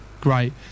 great